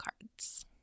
cards